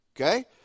Okay